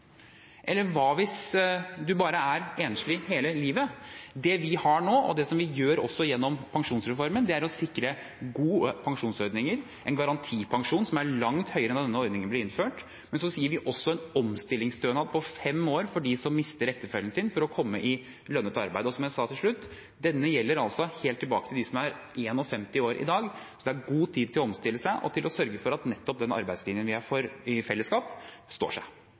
garantipensjon som er langt høyere enn da ordningen ble innført – men vi gir også en omstillingsstønad på fem år for dem som mister ektefellen sin, for å komme i lønnet arbeid. Som jeg sa til slutt: Denne gjelder helt tilbake til dem som er 51 år i dag, så det er god tid til å omstille seg og til å sørge for at arbeidslinjen vi er for i fellesskap, står seg.